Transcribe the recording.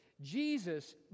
Jesus